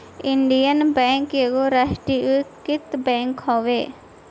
Indian bank एगो राष्ट्रीयकृत bank हवे